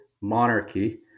monarchy